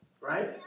Right